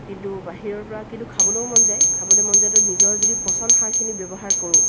কিন্তু বাহিৰৰ পৰা কিন্তু খাবলেও মন যায় খাবলে মন যোৱাটোত নিজৰ যদি পচন সাৰখিনি ব্যৱহাৰ কৰোঁ